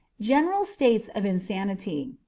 general states of insanity.